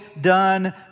done